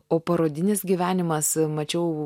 o parodinis gyvenimas mačiau